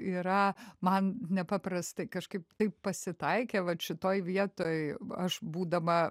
yra man nepaprastai kažkaip taip pasitaikė vat šitoj vietoj aš būdama